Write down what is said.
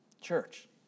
Church